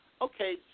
okay